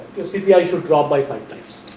cpi should draw by five times,